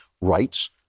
rights